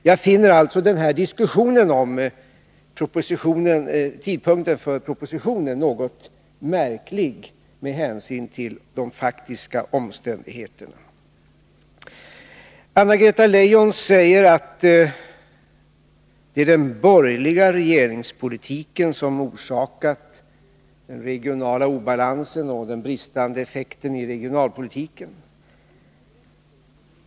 Jag finner alltså diskussionen om tidpunkten för propositionsavlämnandet något märklig med hänsyn till de faktiska omständigheterna. Anna-Greta Leijon säger att det är den borgerliga regeringspolitiken som har orsakat den regionala obalansen och den bristande effekten i regionalpolitiken.